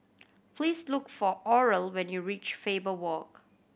please look for Oral when you reach Faber Walk